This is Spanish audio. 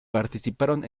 participaron